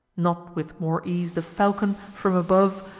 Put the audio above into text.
not with more ease the falcon, from above,